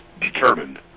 determined